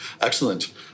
Excellent